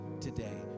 today